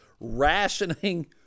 rationing